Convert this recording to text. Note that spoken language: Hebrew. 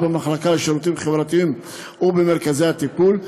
במחלקה לשירותים חברתיים ובמרכזי טיפול,